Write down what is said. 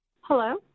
Hello